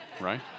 right